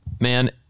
Man